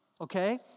Okay